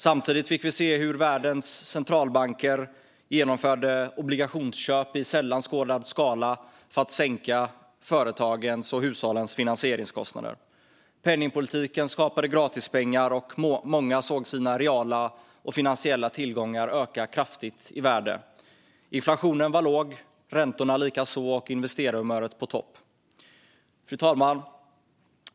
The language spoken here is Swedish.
Samtidigt fick vi se världens centralbanker genomföra obligationsköp i sällan skådad skala för att sänka företagens och hushållens finansieringskostnader. Penningpolitiken skapade gratispengar, och många såg sina reala och finansiella tillgångar öka kraftigt i värde. Inflationen var låg, räntorna likaså, och investerarhumöret var på topp. Fru talman!